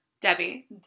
Debbie